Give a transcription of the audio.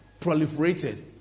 proliferated